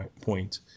point